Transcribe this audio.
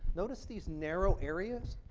notice these narrow areas?